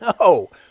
No